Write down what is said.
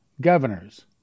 governors